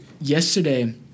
Yesterday